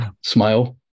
smile